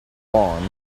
bonn